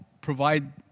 provide